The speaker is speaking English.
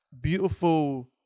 beautiful